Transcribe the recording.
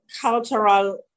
cultural